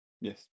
Yes